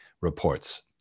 reports